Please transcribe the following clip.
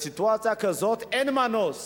בסיטואציה כזאת אין מנוס